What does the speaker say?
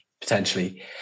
potentially